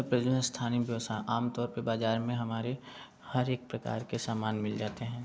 प्रदेश में स्थानीय व्यवसाय आमतौर पे बाजार में हमारे हर एक प्रकार के सामान मिल जाते हैं